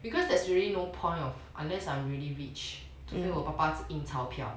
because there's really no point of unless I'm really rich 除非我爸爸是印超票的